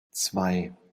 zwei